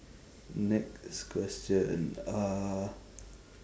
next question uh